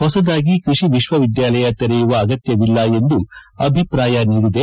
ಹೊಸದಾಗಿ ಕೃಷಿ ವಿಶ್ವವಿದ್ಯಾಲಯ ತೆರೆಯುವ ಆಗತ್ತವಿಲ್ಲ ಎಂದು ಆಭಿಪ್ರಾಯ ನೀಡಿದೆ